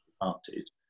parties